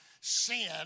sin